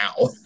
now